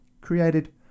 created